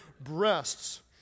breasts